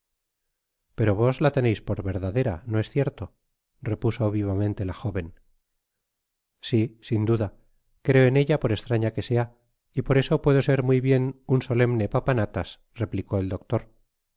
pero vns la tenéis por verdadera no es cierto repuso vivamente la joven si sin duda creo en ella por estraña que sea y por eso puedo ser muy bien un solemne papanatas replicó el doctor